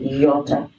yota